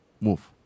move